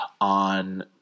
on